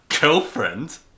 girlfriend